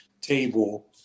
table